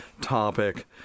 topic